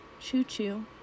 Choo-choo